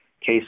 case